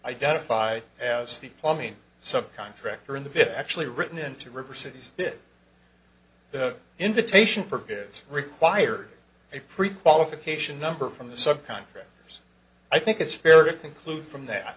identified as the plumbing subcontractor in the bit actually written into river cities the invitation is required a prequalification number from the subcontractors i think it's fair to conclude from th